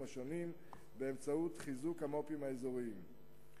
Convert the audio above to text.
השונים באמצעות חיזוק המו"פים האזוריים.